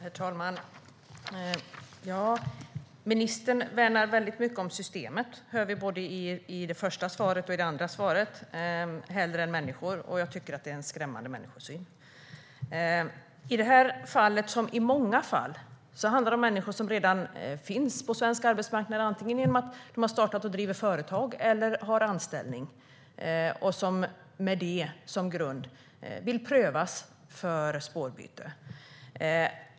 Herr talman! Ministern värnar mycket om systemet, mer än om människor. Det hör vi i både det första och det andra svaret. Det är en skrämmande människosyn. I det här fallet, liksom i många fall, handlar det om människor som redan finns på den svenska arbetsmarknaden. De har antingen startat och driver företag eller har anställning. Med det som grund vill de prövas för spårbyte.